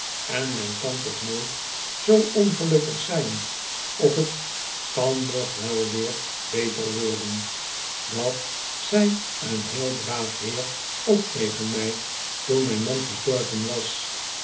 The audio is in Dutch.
en men kan toch nooit zoo ongelukkig zijn of het kan nog wel weer beter worden dat zei een heel braaf heer ook tegen mij toen mijn man gestorven was